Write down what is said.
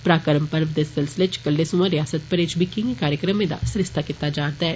पराक्रम पर्व दे सिलसिले च कलै सोयां रियासत भरै च केंई कार्यक्रमें दा सरिस्ता कीता जारदा ऐ